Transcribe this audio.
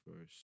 first